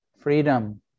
freedom